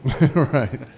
Right